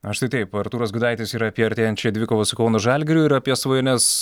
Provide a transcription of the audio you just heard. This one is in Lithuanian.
na štai taip artūras gudaitis ir apie artėjančią dvikovą su kauno žalgiriu ir apie svajones